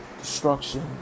destruction